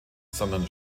sondern